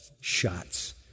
shots